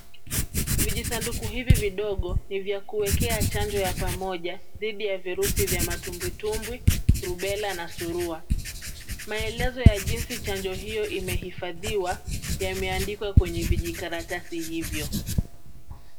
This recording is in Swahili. Vijisanduku hivi vidogo ni vya kuwekea chanjo ya pamoja dhidi ya virusi vya matumbwi tumbwi, rubela na surua. Maelezo ya jinsi chanjo hiyo imehifadhiwa, yameandikwa kwenye vijikaratasi hivyo.